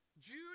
Jude